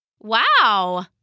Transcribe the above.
Wow